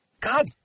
God